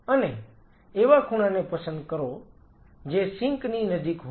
અને એવા ખૂણાને પસંદ કરો જે સિંક ની નજીક હોય